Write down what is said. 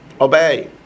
Obey